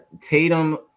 Tatum